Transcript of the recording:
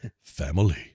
family